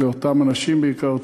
ולאותם אנשים בעיקר,